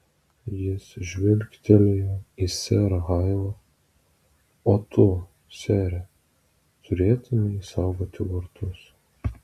jis žvilgtelėjo į serą hailą o tu sere turėtumei saugoti vartus